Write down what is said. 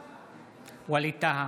בעד ווליד טאהא,